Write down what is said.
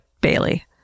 Bailey